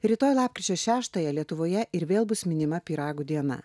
rytoj lapkričio šeštąją lietuvoje ir vėl bus minima pyragų diena